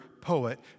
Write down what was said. poet